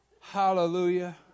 Hallelujah